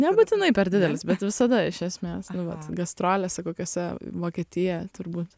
nebūtinai per didelis bet visada iš esmės nu vat gastrolėse kokiose vokietijoj turbūt